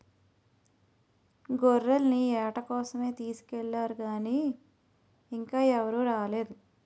గొర్రెల్ని ఏట కోసమే తీసుకెల్లారు గానీ ఇంకా ఎవరూ రాలేదు